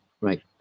Right